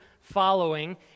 following